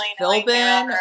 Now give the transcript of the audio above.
Philbin